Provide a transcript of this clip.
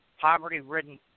poverty-ridden